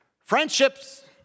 Friendships